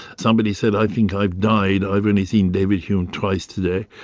somebody said, i think i've died. i've only seen david hume twice today.